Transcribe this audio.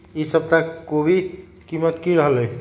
ई सप्ताह कोवी के कीमत की रहलै?